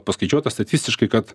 paskaičiuota statistiškai kad